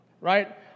right